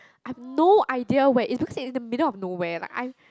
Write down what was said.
I have no idea where it is looks like it's in the middle of nowhere like I